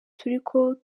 turiko